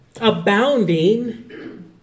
abounding